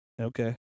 Okay